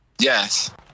Yes